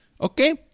Okay